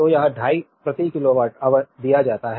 तो यह 25 प्रति किलोवाट ऑवर दिया जाता है